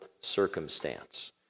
circumstance